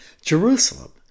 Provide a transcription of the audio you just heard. Jerusalem